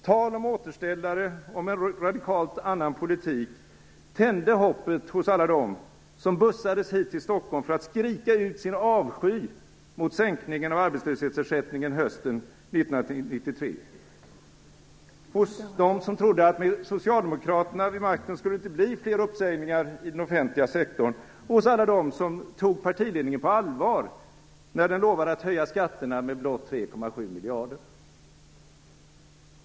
Tal om återställare och om en radikalt annan politik tände hoppet hos alla dem som bussades hit till Stockholm för att skrika ut sin avsky mot sänkningen av arbetslöshetsersättningen hösten 1993, hos dem som trodde att med socialdemokraterna vid makten skulle det inte bli fler uppsägningar i den offentliga sektorn och hos alla dem som tog partiledningen på allvar när den lovade att höja skatterna med blott 3,7 miljarder.